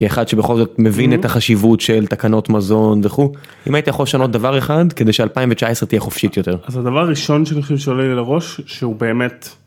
אחד שבכל זאת מבין את החשיבות של תקנות מזון וכו', אם היית יכול לשנות דבר אחד כדי ש-2019 תהיה חופשית יותר. אז הדבר הראשון שאני חושב שעולה לי לראש, שהוא באמת.